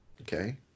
Okay